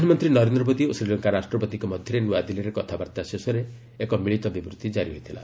ପ୍ରଧାନମନ୍ତ୍ରୀ ନରେନ୍ଦ ମୋଦି ଓ ଶୀଲଙ୍କା ରାଷ୍ଟ୍ରପତିଙ୍କ ମଧ୍ୟରେ ନ୍ରଆଦିଲ୍ଲୀରେ କଥାବାର୍ତ୍ତା ଶେଷରେ ମିଳିତ ବିବୃତ୍ତି ଜାରି ହୋଇଥିଲା